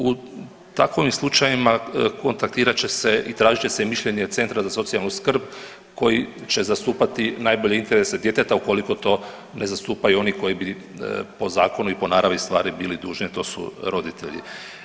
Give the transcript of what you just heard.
U takovim slučajevima kontaktirat će se i tražit će se mišljenje centra za socijalnu skrb koji će zastupiti najbolje interese djeteta ukoliko to ne zastupaju oni koji bi po zakonu i po naravi stvari bili dužni, a to su roditelji.